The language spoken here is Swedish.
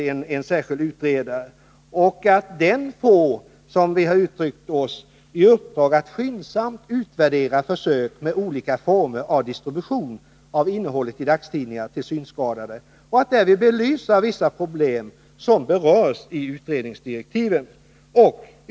Denne har fått i uppdrag att, som vi skriver i betänkandet, ”skyndsamt utvärdera försök med olika former av distribution av innehållet i dagstidningar till synskadade och att därvid belysa vissa problem som berörs i utredningsdirektiven.